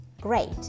Great